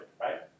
right